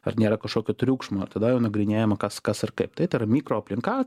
ar nėra kažkokio triukšmo tada jau nagrinėjama kas kas ir kaip tai tai yra mikroaplinka